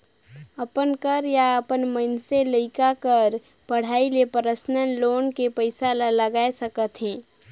अपन कर या अपन मइनसे लइका कर पढ़ई में परसनल लोन के पइसा ला लगाए सकत अहे